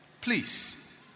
Please